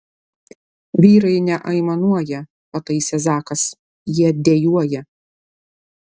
vyrai neaimanuoja pataisė zakas jie dejuoja